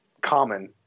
common